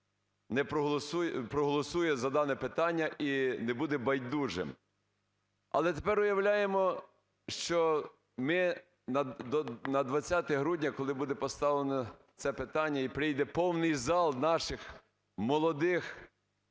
проголосує за дане питання і не буде байдужим. Але тепер уявляємо, що ми на 20 грудня, коли буде поставлено це питання і прийде повний зал наших молодих,